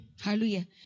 Hallelujah